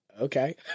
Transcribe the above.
okay